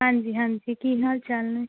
ਹਾਂਜੀ ਹਾਂਜੀ ਕੀ ਹਾਲ ਚਾਲ ਨੇ